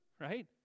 right